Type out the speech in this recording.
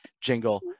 jingle